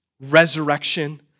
resurrection